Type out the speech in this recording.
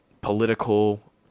political